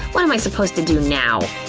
what am i supposed to do now?